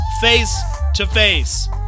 face-to-face